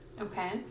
Okay